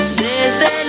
desde